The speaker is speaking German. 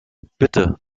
bitte